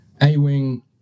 A-wing